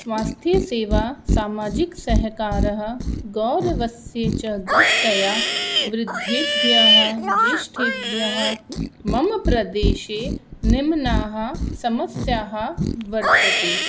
स्वास्थ्यसेवा सामाजिकसहकारः गौरवस्य च दृष्ट्या वृद्धेभ्यः ज्येष्ठेभ्यः मम प्रदेशे निम्नाः समस्याः वर्तते